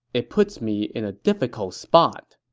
it puts me in a difficult spot.